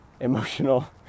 emotional